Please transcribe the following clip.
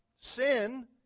Sin